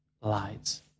lights